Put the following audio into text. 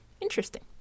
Interesting